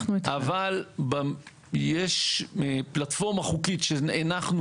אבל יש פלטפורמה חוקית שהנחנו